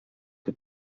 que